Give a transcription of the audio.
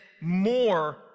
more